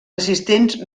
assistents